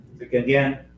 Again